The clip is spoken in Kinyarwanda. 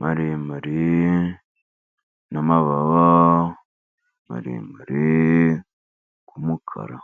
maremare, n'amababa maremare k'umukara.